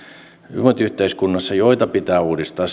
hyvinvointiyhteiskunnassa joita pitää uudistaa